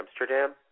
Amsterdam